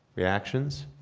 reactions?